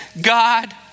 God